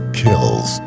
kills